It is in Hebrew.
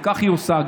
וכך היא עושה,